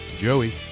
Joey